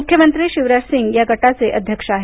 मुख्यमंत्री शिवराज सिंग या गटाचे अध्यक्ष आहेत